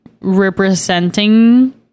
representing